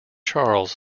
charles